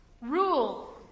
rule